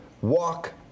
walk